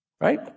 Right